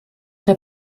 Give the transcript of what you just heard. der